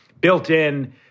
built-in